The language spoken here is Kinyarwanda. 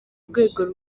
rwego